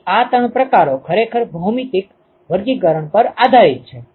તેથી આ ત્રણ પ્રકારો ખરેખર ભૌમિતિક વર્ગીકરણ પર આધારિત છે